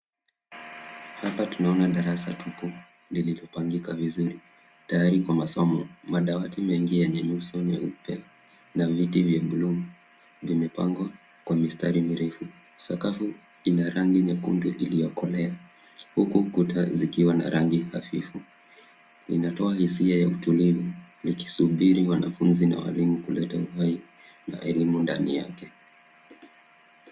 Hapa tunaona darasa tupu lililopangika vizuri tayari kwa masomo. Madawati mengi yenye nyuso nyeupe na viti vya blue vimepangwa kwa mistari mirefu. Sakafu ina rangi nyekundu iliyokolea, huku kuta zikiwa na rangi hafifu. Inatoa hisia ya utulivu, likisubiri wanafunzi na walimu kuleta uhai na elimu ndani yake.